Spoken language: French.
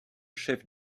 chef